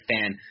fan